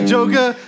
Joker